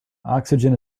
oxygen